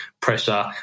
pressure